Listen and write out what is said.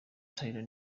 tiller